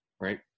right